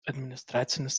administracinis